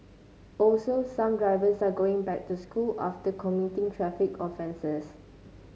also some drivers are going back to school after committing traffic offences